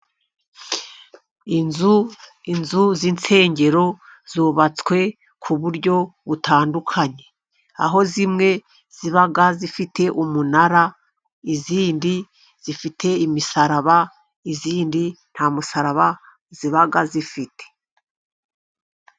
Inzu, inzu z'insengero zubatswe ku buryo butandukanye, aho zimwe ziba zifite umunara, izindi zifite imisaraba, izindi nta musaraba ziba zifite.